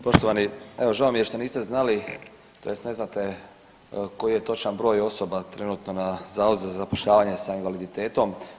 Poštovani, evo žao mi je što niste znali tj. ne znate koji je točan broj osoba trenutno na Zavodu za zapošljavanje sa invaliditetom.